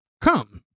come